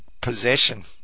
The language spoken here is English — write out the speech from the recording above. possession